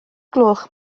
gloch